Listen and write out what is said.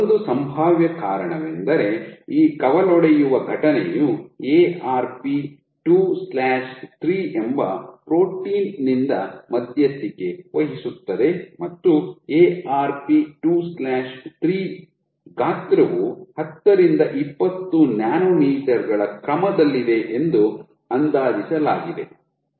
ಒಂದು ಸಂಭಾವ್ಯ ಕಾರಣವೆಂದರೆ ಈ ಕವಲೊಡೆಯುವ ಘಟನೆಯು Arp 23 ಎಂಬ ಪ್ರೋಟೀನ್ ನಿಂದ ಮಧ್ಯಸ್ಥಿಕೆ ವಹಿಸುತ್ತದೆ ಮತ್ತು Arp 23 ರ ಗಾತ್ರವು ಹತ್ತರಿಂದ ಇಪ್ಪತ್ತು ನ್ಯಾನೊಮೀಟರ್ ಗಳ ಕ್ರಮದಲ್ಲಿದೆ ಎಂದು ಅಂದಾಜಿಸಲಾಗಿದೆ